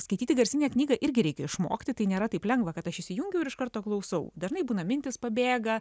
skaityti garsinę knygą irgi reikia išmokti tai nėra taip lengva kad aš įsijungiu ir iš karto klausau dažnai būna mintys pabėga